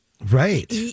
Right